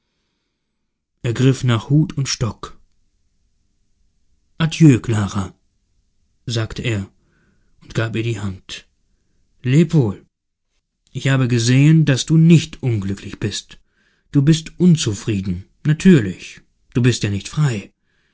er griff nach hut und stock adieu clara sagte er und gab ihr die hand leb wohl ich habe gesehen daß du nicht unglücklich bist du bist unzufrieden natürlich du bist ja nicht frei